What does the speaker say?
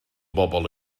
bobl